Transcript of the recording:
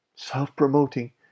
self-promoting